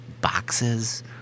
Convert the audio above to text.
boxes